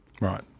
Right